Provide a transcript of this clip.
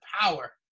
power